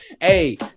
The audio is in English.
hey